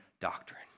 doctrine